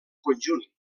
conjunt